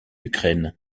ukraine